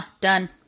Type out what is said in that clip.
Done